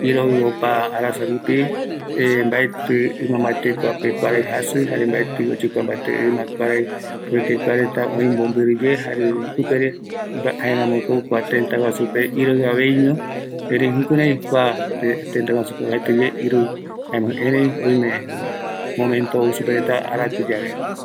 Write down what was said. iroi opa arasa rupi mbaeti imambate kuape kuarai jaji, jare mbaeti oyekuambate ima kuarai oyekuaretava oi jare icupere, jaeramoko kua teta guasupe iroi aveño, eri jukurei kua tetaguasupe uajaeteye iroi, eri oimevi momento ousupereta arakuyave.